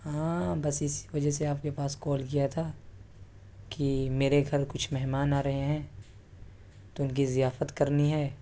ہاں بس اس وجہ سے آپ کے پاس کال کیا تھا کہ میرے گھر کچھ مہمان آ رہے ہیں تو ان کی ضیافت کرنی ہے